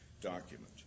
document